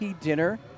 dinner